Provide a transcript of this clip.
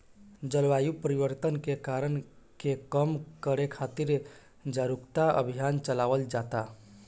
जलवायु परिवर्तन के कारक के कम करे खातिर जारुकता अभियान चलावल जाता